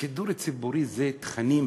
שידור ציבורי זה תכנים,